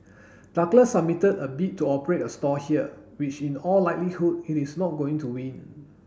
Douglas submitted a bid to operate a stall there which in all likelihood it is not going to win